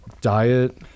diet